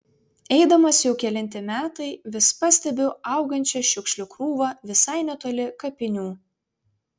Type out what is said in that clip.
eidamas jau kelinti metai vis pastebiu augančią šiukšlių krūvą visai netoli kapinių